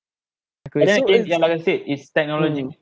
but then again yeah like I said is technology